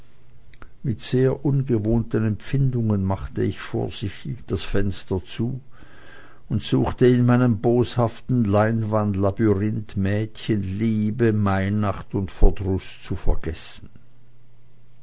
mit sehr ungewohnten empfindungen machte ich vorsichtig das fenster zu und suchte in meinem boshaften leinwandlabyrinth mädchen liebe mainacht und verdruß zu vergessen